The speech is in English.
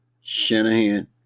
Shanahan